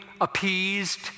appeased